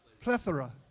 plethora